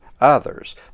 others